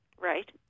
Right